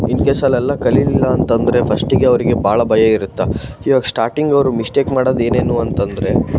in case ಅಲ್ಲೆಲ್ಲ ಕಲಿಯಲಿಲ್ಲ ಅಂತ ಅಂದ್ರೆ ಫಶ್ಟಿಗೆ ಅವರಿಗೆ ಭಾಳ ಭಯ ಇರುತ್ತೆ ಇವಾಗ ಸ್ಟಾರ್ಟಿಂಗ್ ಅವ್ರು ಮಿಶ್ಟೇಕ್ ಮಾಡೋದು ಏನೇನು ಅಂತ ಅಂದ್ರೆ